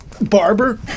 Barber